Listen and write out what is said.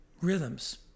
rhythms